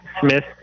Smith